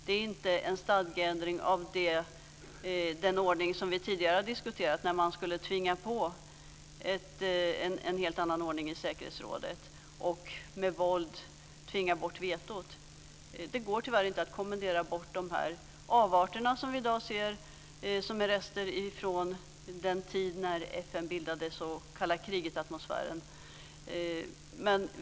Det är inte en stadgeändring av den ordning som vi tidigare har diskuterat, när man skulle tvinga fram en helt annan ordning i säkerhetsrådet och med våld tvinga bort vetot. Det går tyvärr inte att kommendera bort de avarter som vi i dag ser, som är rester från den tid när FN bildades och det var en kalla kriget-atmosfär.